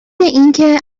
اینکه